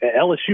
LSU